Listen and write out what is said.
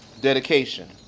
dedication